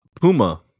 Puma